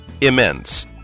Immense